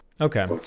Okay